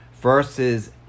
versus